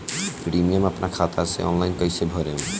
Premium अपना खाता से ऑनलाइन कईसे भरेम?